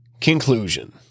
Conclusion